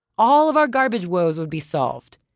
all of our garbage woes would be solved,